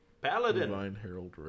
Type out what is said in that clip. Paladin